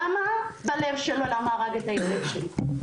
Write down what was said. למה, בלב שלו, למה הרג את הילד שלי?